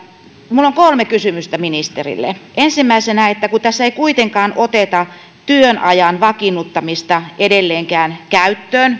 minulla on kolme kysymystä ministerille ensimmäisenä kun tässä ei kuitenkaan oteta työajan vakiinnuttamista edelleenkään käyttöön